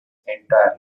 entire